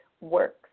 works